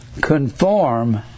conform